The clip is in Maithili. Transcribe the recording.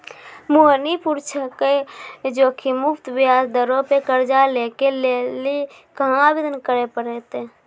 मोहिनी पुछलकै जोखिम मुक्त ब्याज दरो पे कर्जा लै के लेली कहाँ आवेदन करे पड़तै?